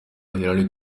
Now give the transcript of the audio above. hillary